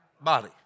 body